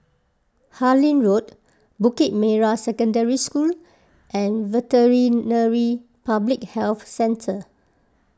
Harlyn Road Bukit Merah Secondary School and Veterinary Public Health Centre